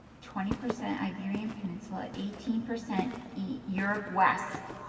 twenty percent iberian peninsula. eighteen percent europe west